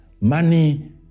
Money